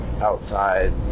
outside